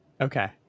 okay